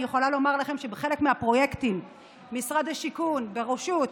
אני יכולה לומר לכם שבחלק מהפרויקטים של משרד השיכון בראשות